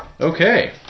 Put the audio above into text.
Okay